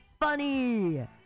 funny